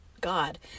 God